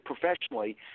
professionally